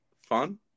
fun